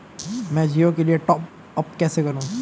मैं जिओ के लिए टॉप अप कैसे करूँ?